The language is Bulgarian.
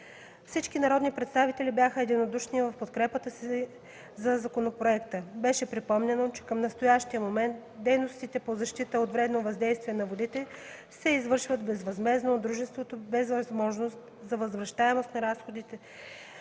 Всички народни представители бяха единодушни в подкрепата си за законопроекта. Беше припомнено, че към настоящия момент дейностите по защита от вредното въздействие на водите се извършват безвъзмездно от дружеството, без възможност за възвръщаемост на разходваните